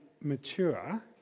mature